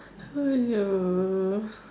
no